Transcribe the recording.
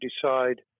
decide